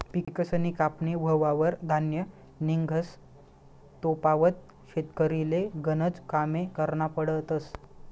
पिकसनी कापनी व्हवावर धान्य निंघस तोपावत शेतकरीले गनज कामे करना पडतस